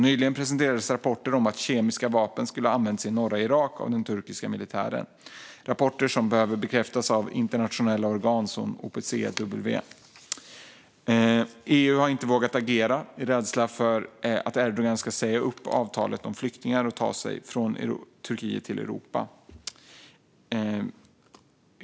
Nyligen presenterades rapporter om att kemiska vapen skulle ha använts i norra Irak av den turkiska militären. Det är rapporter som behöver bekräftas av internationella organ som OPCW. EU har inte vågat agera av rädsla för att Erdogan ska säga upp avtalet om flyktingar och att de sedan ska ta sig från Turkiet till Europa.